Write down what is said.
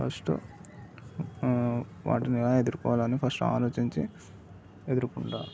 first వాటిని ఎలా ఎదురుకోవాలో అని ఫస్ట్ ఆలోచించి ఎదురుకుంటా